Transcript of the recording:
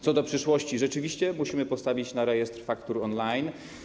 Co do przyszłości rzeczywiście musimy postawić na rejestr faktur on-line.